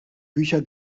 bücher